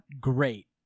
great